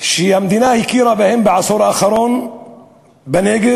שהמדינה הכירה בהם בעשור האחרון בנגב,